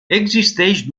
existeix